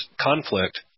conflict